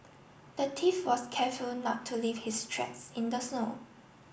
the thief was careful not to leave his tracks in the snow